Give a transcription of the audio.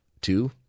two